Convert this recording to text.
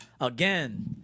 again